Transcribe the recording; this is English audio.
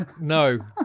No